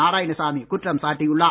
நாராயணசாமி குற்றம் சாட்டியுள்ளார்